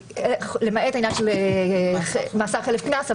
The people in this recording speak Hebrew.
למעט העניין של מאסר חלף קנס,